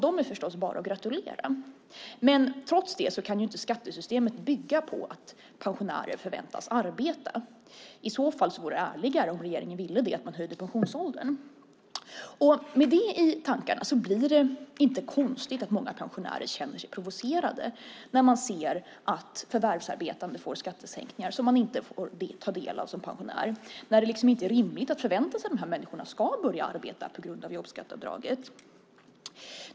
De är förstås bara att gratulera. Trots det kan inte skattesystemet bygga på att pensionärer förväntas arbeta. I så fall vore det ärligare, om regeringen ville det, att man höjde pensionsåldern. Med det i tankarna blir det inte konstigt att många pensionärer känner sig provocerade när de ser att förvärvsarbetande får skattesänkningar som de inte får ta del av som pensionärer. Det är liksom inte rimligt att förvänta sig att de här människorna ska börja arbeta på grund av jobbskatteavdraget.